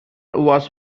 was